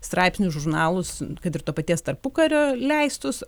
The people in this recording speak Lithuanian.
straipsnius žurnalus kad ir to paties tarpukario leistus